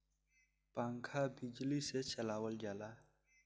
पंखा बिजली से चलावल जाला